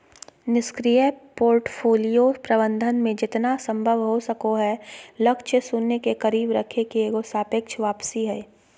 निष्क्रिय पोर्टफोलियो प्रबंधन मे जेतना संभव हो सको हय लक्ष्य शून्य के करीब रखे के एगो सापेक्ष वापसी हय